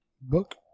Book